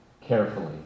carefully